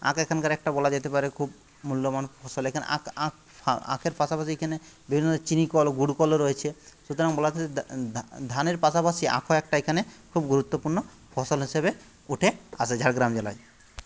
আখ এখানকার একটা বলা যেতে পারে খুব মূল্যবান ফসল এখানে আখ আখ আখের পাশাপাশি এখানে বিভিন্ন চিনি কল গুড় কলও রয়েছে সুতরাং বলা ধানের পাশাপাশি আখও একটা এখানে খুব গুরুত্বপূর্ণ ফসল হিসেবে উঠে আসে ঝাড়গ্রাম জেলায়